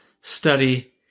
study